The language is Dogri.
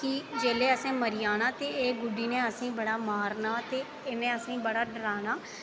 कि जेल्लै असें मरी जाना ते एह् गुड्डी ने असेंगी बड़ा मारना ते इ'नें असेंगी बड़ा डराना